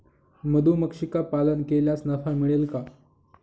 मधुमक्षिका पालन केल्यास नफा मिळेल का?